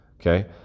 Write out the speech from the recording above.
okay